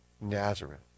Nazareth